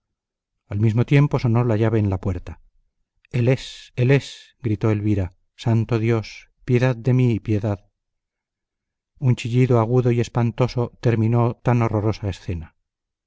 al mismo tiempo sonó la llave en la puerta él es él es gritó elvira santo dios piedad de mí piedad un chillido agudo y espantoso terminó tan horrorosa escena